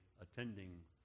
attending